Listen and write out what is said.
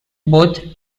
both